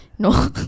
No